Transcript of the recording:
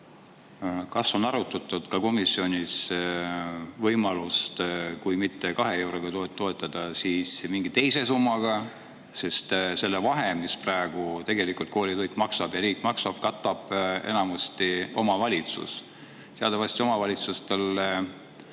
on arutatud võimalust, et kui mitte 2 euroga toetada, siis mingi teise summaga? Sest selle vahe, mis praegu tegelikult koolitoit maksab ja riik maksab, katab enamasti omavalitsus. Teatavasti omavalitsustele